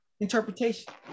interpretation